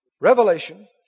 Revelation